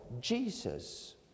Jesus